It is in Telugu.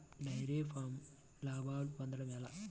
డైరి ఫామ్లో లాభాలు పొందడం ఎలా?